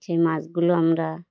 সেই মাছগুলো আমরা